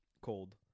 cold